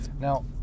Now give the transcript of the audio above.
Now